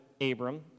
Abram